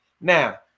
now